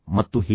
ಮತ್ತು ಹೀಗೆ